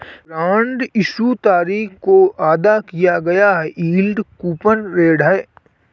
bond issue तारीख को अदा किया गया यील्ड कूपन रेट है